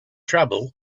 trouble